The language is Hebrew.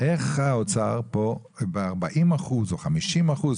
איך האוצר פה ב-40% או 50%,